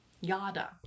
Yada